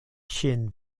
ŝin